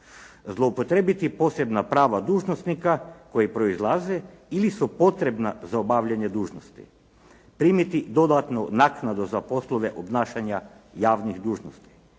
zloupotrijebiti posebna prava dužnosnika koje proizlaze ili su potrebna za obavljanje dužnosti, primiti dodatnu naknadu za poslove obnašanja javnih dužnosti,